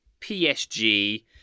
psg